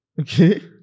Okay